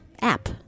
app